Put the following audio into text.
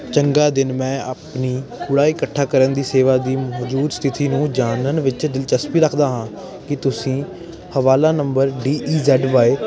ਚੰਗਾ ਦਿਨ ਮੈਂ ਆਪਣੀ ਕੂੜਾ ਇਕੱਠਾ ਕਰਨ ਦੀ ਸੇਵਾ ਦੀ ਮੌਜੂਦਾ ਸਥਿਤੀ ਨੂੰ ਜਾਣਨ ਵਿੱਚ ਦਿਲਚਸਪੀ ਰੱਖਦਾ ਹਾਂ ਕੀ ਤੁਸੀਂ ਹਵਾਲਾ number D E Z Y